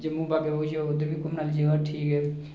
जम्मू बाग ए बाहु जाओ उद्धर बी घुम्मने आह्ली जगह ठीक ऐ